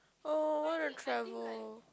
oh I want to travel